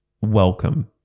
welcome